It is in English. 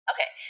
Okay